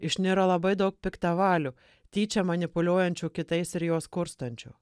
išniro labai daug piktavalių tyčia manipuliuojančių kitais ir juos kurstančių